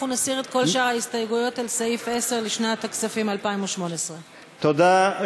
אנחנו נסיר את כל שאר ההסתייגויות לסעיף 10 לשנת הכספים 2018. תודה,